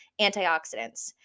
antioxidants